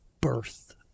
birth